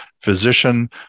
physician